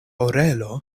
orelo